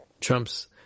trumps